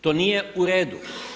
To nije u redu.